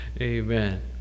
Amen